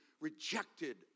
rejected